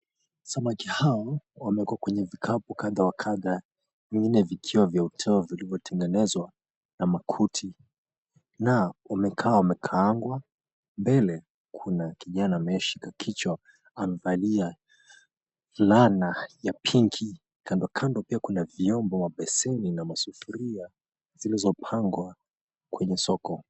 Samaki hawa wamewekwa kwenye vikapu kadha wa kadha, vingine vikiwa vya uteo vilivyotengenezwa na makuti, na wamekaa wamekaangwa. Mbele kuna kijana anayeshika kichwa amevalia fulana ya pinki. Kando kando pia kuna vyombo ya beseni na masufuria zilizopangwa kwenye soko.